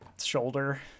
shoulder